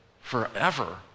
forever